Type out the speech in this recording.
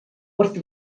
wrth